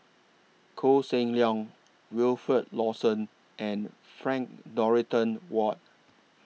Koh Seng Leong Wilfed Lawson and Frank Dorrington Ward